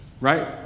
right